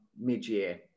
mid-year